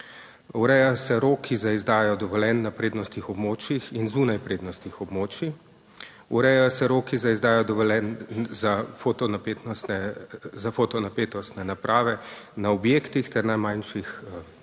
Urejajo se roki za izdajo dovoljenj na prednostnih območjih in zunaj prednostnih območij, urejajo se roki za izdajo dovoljenj za fotonapetostne naprave na objektih ter najmanjših